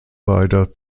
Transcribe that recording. provider